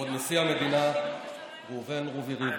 כבוד נשיא המדינה ראובן רובי ריבלין,